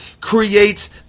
creates